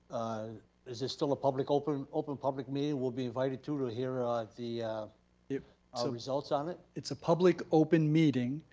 ah is it still a public open, open public meeting we'll be invited to to hear ah the so results on it? it's a public open meeting,